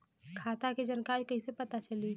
खाता के जानकारी कइसे पता चली?